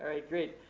right, great.